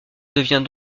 devient